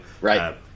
Right